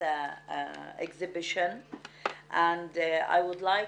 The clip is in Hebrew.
התערוכה הזו והייתי רוצה